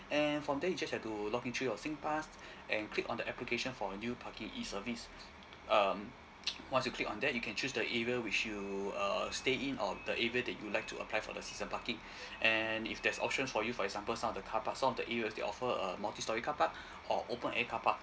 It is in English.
and from there you just have to login through your singpass and click on the application for a new parking e service um once you click on that you can choose the area which you uh stay in or the area that you'd like to apply for the season parking and if there's options for you for example some of carparks some of the areas they offer uh multi storey carpark or open air carpark